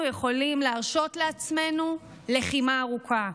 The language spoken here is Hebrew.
יכולים להרשות לעצמנו לחימה ארוכה,